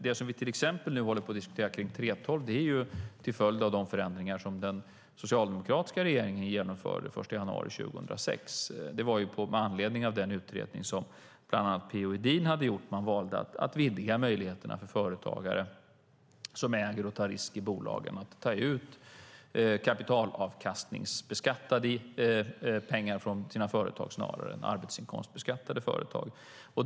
Att vi till exempel diskuterar kring 3:12-reglerna är en följd av de förändringar som den socialdemokratiska regeringen genomförde den 1 januari 2006. Det gjordes med anledning av den utredning som bland annat P-O Edin hade gjort. Man valde att utvidga möjligheterna för företagare som äger och tar risk i bolag att ta ut kapitalavkastning, beskattade pengar från företaget snarare än arbetsinkomstbeskattade.